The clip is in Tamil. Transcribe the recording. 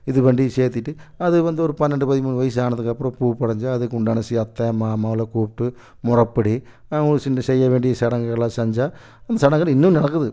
இது பண்ணி சேர்த்துக்கிட்டு அது வந்து ஒரு பன்னெண்டு பதிமூணு வயிசானத்துக்கு அப்புறம் பூப்டஞ்சி அதுக்கு உண்டான சீர் அத்தை மாமாவைலாம் கூப்பிட்டு முறப்படி அவங்களுக் சிண்ட செய்ய வேண்டிய சடங்குகள் எல்லாம் செஞ்சா அந்த சடங்குகள் இன்னும் நடக்குது